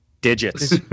digits